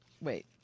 Wait